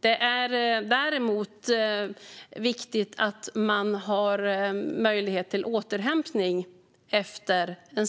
Det är däremot viktigt att ha möjlighet till återhämtning efter en